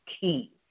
key